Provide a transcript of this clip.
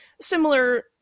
similar